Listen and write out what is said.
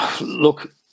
Look